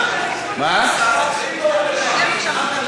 השרה הכי לא קשורה לנסיעה